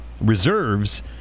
reserves